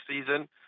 season